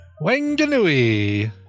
Wanganui